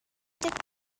deg